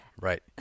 Right